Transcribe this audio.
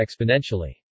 exponentially